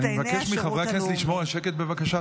אני מבקש מחברי הכנסת לשמור על השקט, בבקשה.